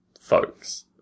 folks